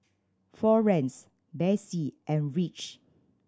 Florance Besse and Rich